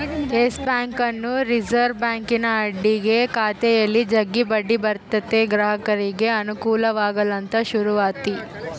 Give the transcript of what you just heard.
Yes ಬ್ಯಾಂಕನ್ನು reserve ಬ್ಯಾಂಕಿನ ಅಡಿಗ ಖಾತೆಯಲ್ಲಿ ಜಗ್ಗಿ ಬಡ್ಡಿ ಬರುತತೆ ಗ್ರಾಹಕರಿಗೆ ಅನುಕೂಲವಾಗಲಂತ ಶುರುವಾತಿ